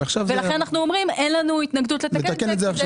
לכן אנחנו אומרים: אין לנו התנגדות לתקן את זה,